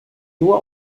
nur